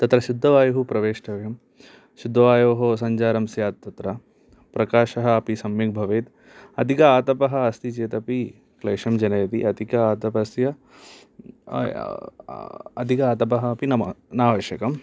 तत्र शुद्धवायुः प्रवेष्टव्यं शुद्धवायोः सञ्चारं स्यात् तत्र प्रकाशः अपि सम्यक् भवेत् अधिक आतपः अस्ति चेदपि क्लेशं जनयति अधिक आतपस्य अधिक आतपः अपि न आवश्यकम्